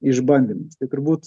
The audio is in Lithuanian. išbandymus tai turbūt